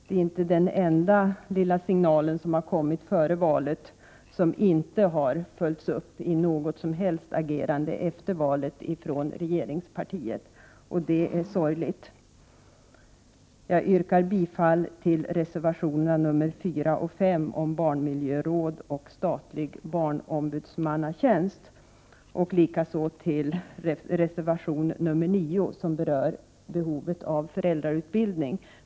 Det är inte den enda signal som kommit före valet som inte har följts upp av något agerande från regeringspartiet efter valet. Det är sorgligt. Jag yrkar bifall till reservationerna nr 4 och 5 om barnmiljörådet och om statlig barnombudsmannatjänst och likaså till reservation nr 9, som rör behovet av föräldrautbildning.